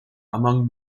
among